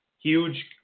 huge